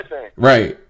Right